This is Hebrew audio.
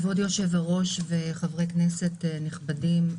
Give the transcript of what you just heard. כבוד היושב-ראש וחברי הכנסת הנכבדים,